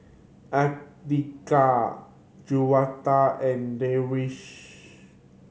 Andika Juwita and Darwish